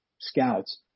scouts